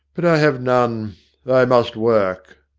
but i have none a i must work,